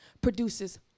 produces